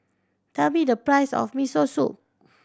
tell me the price of Miso Soup